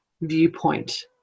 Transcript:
viewpoint